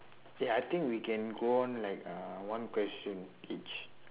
ya I think we can go on like uh one question each